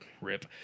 Rip